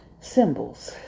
Symbols